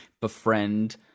befriend